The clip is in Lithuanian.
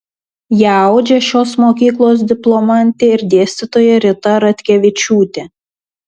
ją audžia šios mokyklos diplomantė ir dėstytoja rita ratkevičiūtė